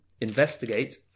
investigate